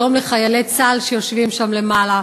שלום לחיילי צה"ל שיושבים שם למעלה,